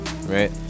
Right